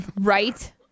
Right